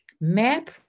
map